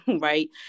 right